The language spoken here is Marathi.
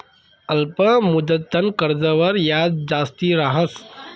अल्प मुदतनं कर्जवर याज जास्ती रहास